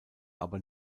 aber